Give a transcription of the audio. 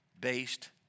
based